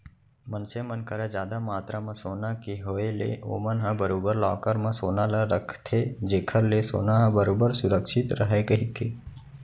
मनसे मन करा जादा मातरा म सोना के होय ले ओमन ह बरोबर लॉकर म सोना ल रखथे जेखर ले सोना ह बरोबर सुरक्छित रहय कहिके